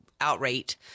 outrate